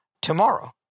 tomorrow